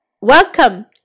welcome